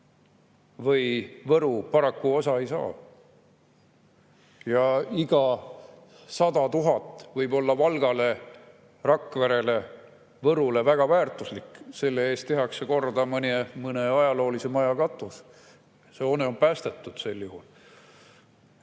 või Võru paraku osa ei saa. Iga 100 000 [eurot] võib olla Valgale, Rakverele või Võrule väga väärtuslik. Selle eest tehakse korda mõne ajaloolise maja katus ja hoone on päästetud sel juhul.